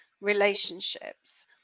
relationships